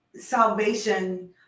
salvation